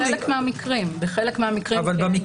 בחלק מהמקרים הוא כן, ובחלק מהמקרים לא.